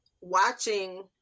watching